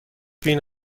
بین